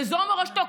זו מורשתו.